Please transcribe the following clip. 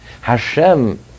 Hashem